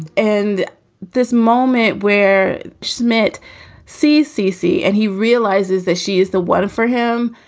and this moment where schmidt ccc and he realizes that she is the one for him.